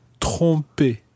tromper